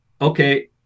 okay